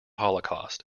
holocaust